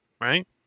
right